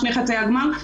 שני חצאי הגמר,